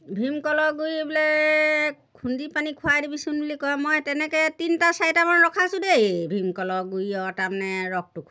ভীমকলৰ গুৰি বোলে খুন্দি পানি খুৱাই দিবিচোন বুলি কয় মই তেনেকৈ তিনিটা চাৰিটামান ৰখাইছোঁ দেই ভীমকলৰ গুৰিৰ তাৰমানে ৰসটো খুৱাই